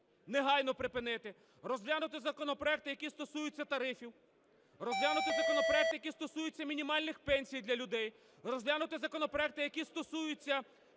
негайно припинити, розглянути законопроекти, які стосуються тарифів, розглянути законопроекти, які стосуються мінімальних пенсій для людей, розглянути законопроекти, які стосуються